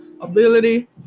ability